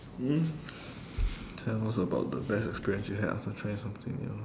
mm tell us about the best experience you had after trying something new